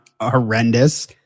horrendous